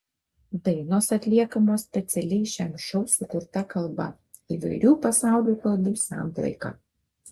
dainos atliekamos specialiai šiam šou sukurta kalba įvairių pasaulio kalbų samplaika